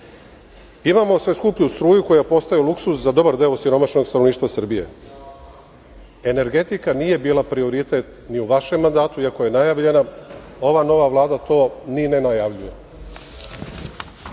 tipa. Imamo sve skuplju struju, koja postaje luksuz za dobar deo osiromašenog stanovništva Srbije. Energetika nije bila prioritet ni u vašem mandatu, iako je najavljena, ova nova Vlada to i ne najavljuje.U